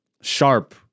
sharp